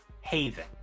Haven